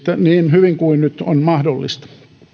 hyvin kuin nyt on mahdollista